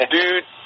Dude